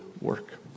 work